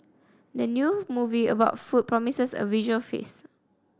the new movie about food promises a visual feast